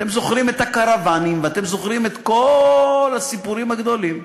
אתם זוכרים את הקרוונים ואתם זוכרים את כל הסיפורים הגדולים,